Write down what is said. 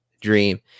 dream